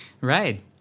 Right